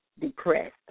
depressed